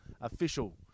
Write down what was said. official